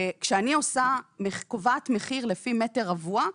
כשאני קובעת מחיר לפי מטר רבוע,